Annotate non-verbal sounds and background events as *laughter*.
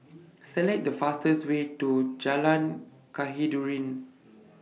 Select The fastest Way to Jalan *unintelligible*